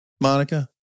Monica